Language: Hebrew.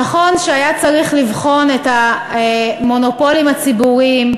נכון שהיה צריך לבחון את המונופולים הציבוריים,